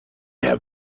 have